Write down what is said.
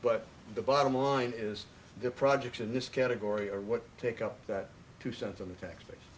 but the bottom line is the projects in this category are what take up that two cents on the tax base